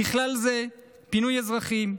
ובכלל זה פינוי אזרחים,